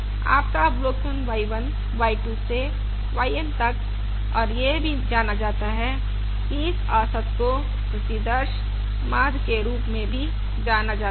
आपका अवलोकन y 1 y 2 से y n तक और यह भी जाना जाता है कि इस औसत को प्रतिदर्श माध्य के रूप में भी जाना जाता है